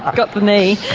got the knee,